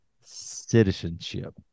citizenship